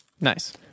Nice